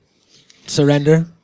surrender